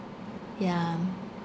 yeah